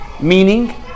Meaning